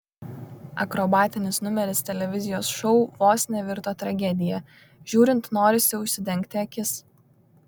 akrobatinis numeris televizijos šou vos nevirto tragedija žiūrint norisi užsidengti akis